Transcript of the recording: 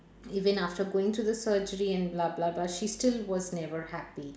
even after going to the surgery and blah blah blah she still was never happy